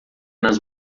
nas